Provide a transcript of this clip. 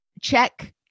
check